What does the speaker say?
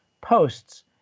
posts